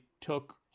took